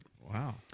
Wow